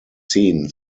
seen